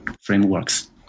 frameworks